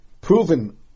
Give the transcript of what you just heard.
proven